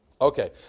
Okay